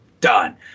done